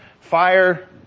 fire